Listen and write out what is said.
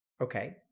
Okay